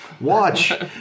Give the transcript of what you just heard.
Watch